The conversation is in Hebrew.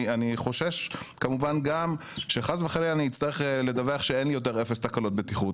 גם אני חושש שחלילה אצטרך לדווח שאין לי יותר אפס תקלות בטיחות.